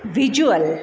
visual